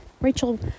Rachel